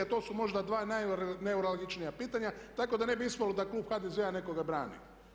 To su možda dva najneuralgičnija pitanja, tako da ne bi ispalo da klub HDZ-a nekoga brani.